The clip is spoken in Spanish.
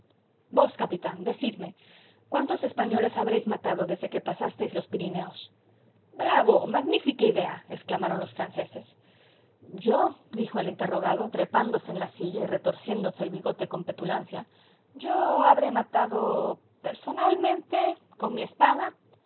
vos capitán decidme cuántos españoles habréis matado desde que pasasteis los pirineos bravo magnífica idea exclamaron los franceses yo dijo el interrogado trepándose en la silla y retorciéndose el bigote con petulancia yo habré matado personalmente con mi espada